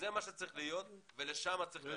זה מה שצריך להיות ולשם צריך ללכת.